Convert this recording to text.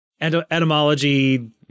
etymology